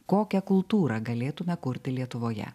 kokią kultūrą galėtume kurti lietuvoje